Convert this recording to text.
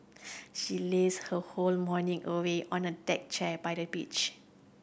she lazed her whole morning away on a deck chair by the beach